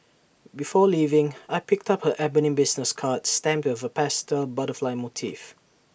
before leaving I picked up her ebony business card stamped with A pastel butterfly motif